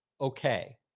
okay